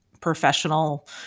professional